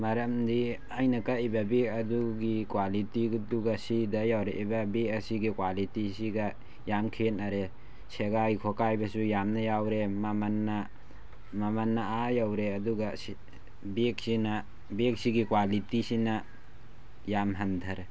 ꯃꯔꯝꯗꯤ ꯑꯩꯅ ꯀꯛꯏꯕ ꯕꯦꯛ ꯑꯗꯨꯒꯤ ꯀ꯭ꯋꯥꯂꯤꯇꯤꯗꯨꯒ ꯁꯤꯗ ꯌꯧꯔꯛꯏꯕ ꯕꯦꯛ ꯑꯁꯤꯒꯤ ꯀ꯭ꯋꯥꯂꯤꯇꯤꯁꯤꯒ ꯌꯥꯝ ꯈꯦꯟꯅꯔꯦ ꯁꯦꯒꯥꯏ ꯈꯣꯠꯀꯥꯏꯕꯁꯨ ꯌꯥꯝꯅ ꯌꯥꯎꯔꯦ ꯃꯃꯟꯅ ꯃꯃꯟꯅ ꯑꯥ ꯌꯧꯔꯦ ꯑꯗꯨꯒ ꯕꯦꯛꯁꯤꯅ ꯕꯦꯛꯁꯤꯒꯤ ꯀ꯭ꯋꯥꯂꯤꯇꯤꯁꯤꯅ ꯌꯥꯝ ꯍꯟꯊꯔꯦ